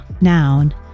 noun